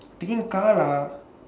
taking car lah